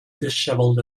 dishevelled